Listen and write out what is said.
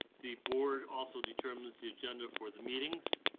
the board also determines the agenda for the meetings,